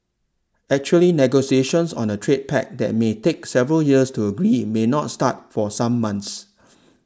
actually negotiations on a trade pact that may take several years to agree may not start for some months